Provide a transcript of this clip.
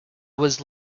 was